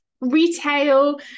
retail